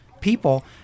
people